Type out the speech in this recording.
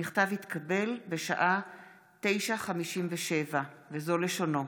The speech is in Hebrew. המכתב התקבל בשעה 21:57, וזו לשונו: